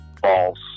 false